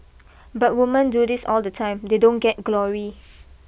but women do this all the time they don't get glory